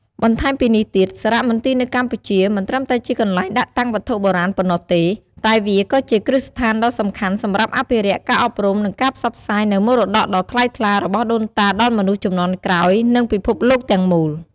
បន្ថែមពីនេះទៀត សារមន្ទីរនៅកម្ពុជា មិនត្រឹមតែជាកន្លែងដាក់តាំងវត្ថុបុរាណប៉ុណ្ណោះទេ តែវាក៏ជាគ្រឹះស្ថានដ៏សំខាន់សម្រាប់អភិរក្ស ការអប់រំ និងការផ្សព្វផ្សាយនូវមរតកដ៏ថ្លៃថ្លារបស់ដូនតាដល់មនុស្សជំនាន់ក្រោយ និងពិភពលោកទាំងមូល។